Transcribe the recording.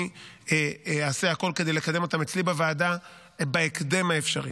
אני אעשה הכול כדי לקדם אותן אצלי בוועדה בהקדם האפשרי.